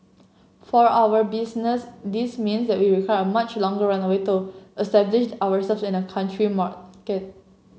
for our business this means that we a much longer runway to establish ourselves in that country market